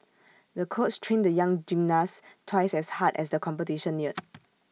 the coach trained the young gymnast twice as hard as the competition neared